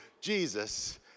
Jesus